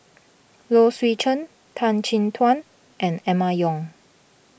Low Swee Chen Tan Chin Tuan and Emma Yong